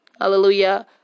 hallelujah